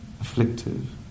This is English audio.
afflictive